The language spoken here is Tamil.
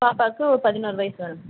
பாப்பாவுக்கு ஒரு பதினாறு வயசு மேடம்